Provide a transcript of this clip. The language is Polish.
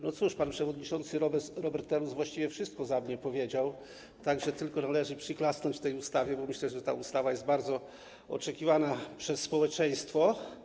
No cóż, pan przewodniczący Robert Telus właściwie wszystko za mnie powiedział, tak że tylko należy przyklasnąć tej ustawie, bo sądzę, że ta ustawa jest bardzo oczekiwana przez społeczeństwo.